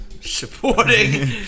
Supporting